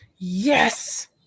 Yes